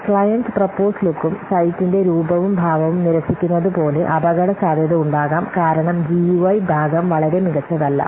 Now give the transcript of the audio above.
client propose ലുക്കും സൈറ്റിന്റെ രൂപവും ഭാവവും നിരസിക്കുന്നതുപോലെ അപകടസാധ്യത ഉണ്ടാകാം കാരണം ജിയുഐ ഭാഗം വളരെ മികച്ചതല്ല